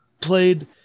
played